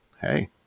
hey